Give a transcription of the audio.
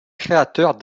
créateurs